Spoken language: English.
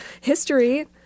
history